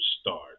start